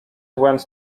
went